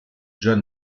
john